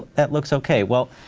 that looks okay. well,